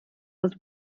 was